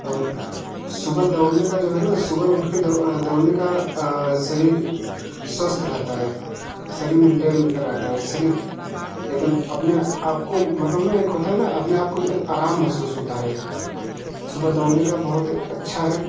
और सुबह दौड़ने का जो है ना सुबह उठ के दौड़ने का शरीर स्वस्थ रहता है शरीर मैन्टैन रहता है शरीर एक दम अपने आप को मतलब ना एक होता है ना अपने आप को एक दम आराम महसूस होता है सुबह दौड़ने का बहुत अच्छा है